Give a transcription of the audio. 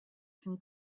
can